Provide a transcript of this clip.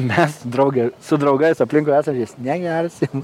mes drauge su draugais aplinkui esantys negersim